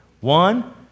One